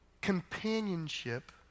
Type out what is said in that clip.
Companionship